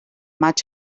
much